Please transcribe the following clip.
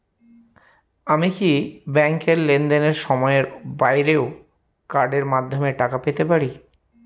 আমি কি ব্যাংকের লেনদেনের সময়ের বাইরেও কার্ডের মাধ্যমে টাকা পেতে পারি?